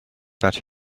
that